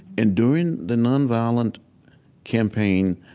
and during the nonviolent campaign,